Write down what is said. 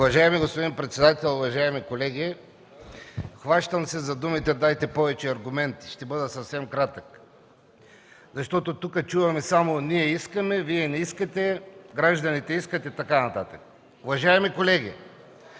Уважаеми господин председател, уважаеми колеги! Хващам се за думите: „Дайте повече аргументи”. Ще бъда съвсем кратък. Тук чуваме само: „Ние искаме”, „Вие не искате”, „Гражданите искат” и така нататък. Уважаеми колеги,